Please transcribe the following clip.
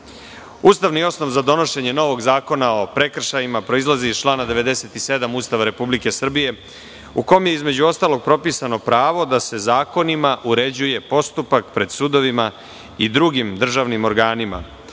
osnov za donošenje novog zakona o prekršajima proizilazi iz člana 97. Ustava Republike Srbije u kom je između ostalog propisano pravo da se zakonima uređuje postupak pred sudovima i drugim državnim organima